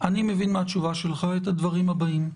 אני מבין מהתשובה שלך את הדברים הבאים: